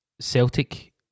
Celtic